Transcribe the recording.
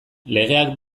legeak